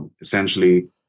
essentially